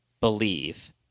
believe